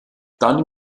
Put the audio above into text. dann